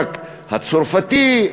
רק הצרפתי,